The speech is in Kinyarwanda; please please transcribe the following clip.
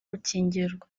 gukingirwa